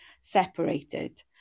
separated